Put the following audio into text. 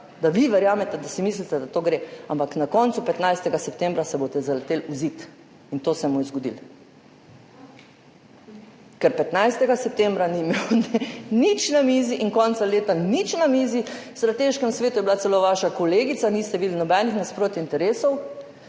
da si mislite, da to gre, ampak na koncu se boste 15. septembra zaleteli v zid. In to se mu je zgodilo. Ker 15. septembra ni imel nič na mizi in konec leta nič na mizi. V strateškem svetu je bila celo vaša kolegica, niste videli nobenih nasprotij interesov.